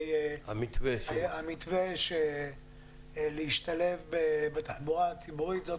לגבי המתווה שמדבר על השתלבות בתחבורה הציבורית וזאת